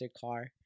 car